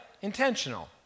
intentional